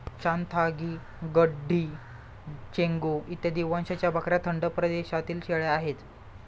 चांथागी, गड्डी, चेंगू इत्यादी वंशाच्या बकऱ्या थंड प्रदेशातील शेळ्या आहेत